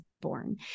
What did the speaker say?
born